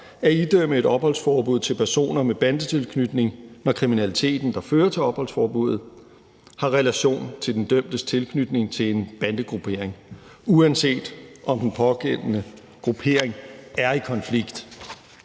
at idømme et opholdsforbud til personer med bandetilknytning, når kriminaliteten, der fører til opholdsforbuddet, har relation til den dømtes tilknytning til en bandegruppering, uanset om den pågældende gruppering er i konflikt.